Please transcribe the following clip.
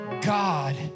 God